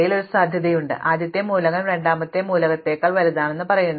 എന്നാൽ ഇവയ്ക്കിടയിൽ ഒരു സാമ്യതയുണ്ട് ആദ്യത്തെ മൂലകം രണ്ടാമത്തെ മൂലകത്തേക്കാൾ വലുതാണെന്ന് പറയുന്നു